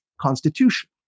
constitution